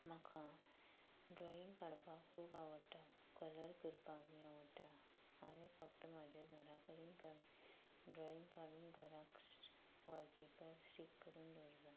म्हाका ड्रॉईंग काडपाक खूब आवडटा कलर करपाकय आवडटा हांवे फक्त म्हाजे घरा कडेन काड ड्रॉईंग काडून घराक वॉलपेपर स्टिक करून दवरता